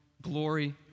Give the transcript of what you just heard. glory